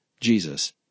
Jesus